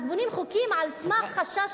אז בונים חוקים על סמך חשש,